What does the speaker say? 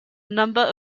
number